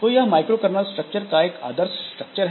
तो यह micro kernel structure का एक आदर्श स्ट्रक्चर है